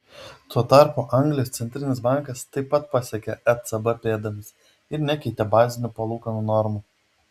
tuo tarpu anglijos centrinis bankas taip pat pasekė ecb pėdomis ir nekeitė bazinių palūkanų normų